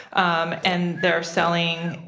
um and they're selling,